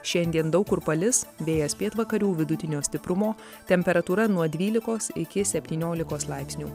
šiandien daug kur palis vėjas pietvakarių vidutinio stiprumo temperatūra nuo dvylikos iki septyniolikos laipsnių